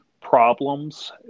problems